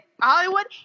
Hollywood